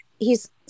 hes